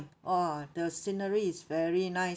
!wah! the scenery is very nice